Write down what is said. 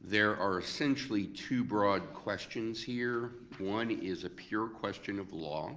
there are essentially two broad questions here. one is a pure question of the law